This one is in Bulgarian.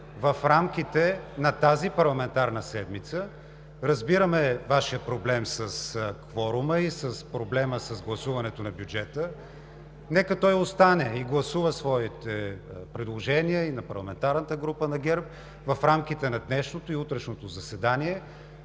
в рамките на тази парламентарна седмица. Разбираме Вашия проблем с кворума и с гласуването на бюджета. Нека той остане и гласува своите предложения, и на парламентарната група на ГЕРБ в рамките на днешното и утрешното заседание,